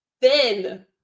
thin